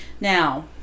Now